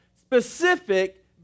specific